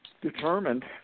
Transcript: determined